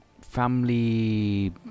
family